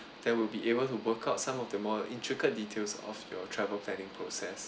there will be able to work out some of the more intricate details of your travel planning process